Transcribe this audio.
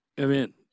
Amen